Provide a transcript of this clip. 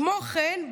כמו כן,